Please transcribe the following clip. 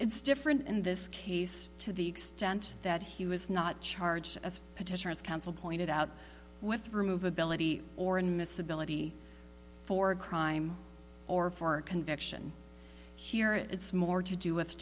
it's different in this case to the extent that he was not charged as petitioners counsel pointed out with remove ability or in this ability for a crime or for conviction here it's more to do with